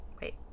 wait